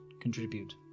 contribute